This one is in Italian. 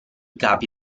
capi